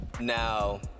now